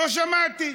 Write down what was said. לא שמעתי.